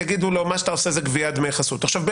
יגידו לו: מה שאתה עושה זה גביית דמי חסות.